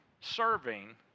serving